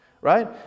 right